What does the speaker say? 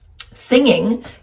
singing